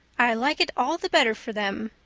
i like it all the better for them,